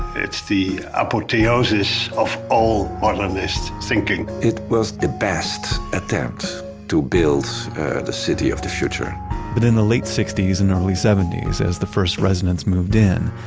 it's the apotheosis of all modernist thinking it was the best attempt to build the city of the future but in the late sixties and early seventies as the first residents moved in,